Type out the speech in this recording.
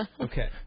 Okay